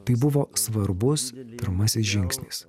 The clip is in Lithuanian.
tai buvo svarbus pirmasis žingsnis